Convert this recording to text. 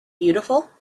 beautiful